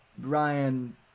Ryan